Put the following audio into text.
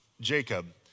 Jacob